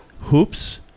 Hoops